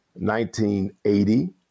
1980